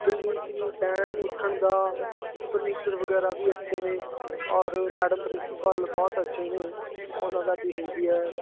buildings ਵੀ ਬਹਿਣ ਉੱਠਣ ਦਾ ਫਰਨੀਚਰ ਵਗੈਰਾ ਵੀ ਅੱਛੇ ਨੇ ਔਰ ਮੈਡਮ ਪ੍ਰਿੰਸੀਪਲ ਬਹੁਤ ਅੱਛੇ ਨੇ ਉਹਨਾਂ ਦਾ ਬਿਹੇਵੀਅਰ